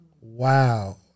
Wow